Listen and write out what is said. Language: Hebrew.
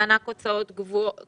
מענק הוצאות קבועות,